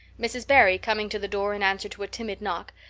mrs. barry, coming to the door in answer to a timid knock,